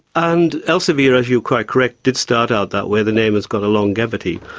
and elsevier, you're quite correct, did start out that way, the name has got a longevity.